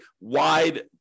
wide